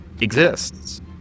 exists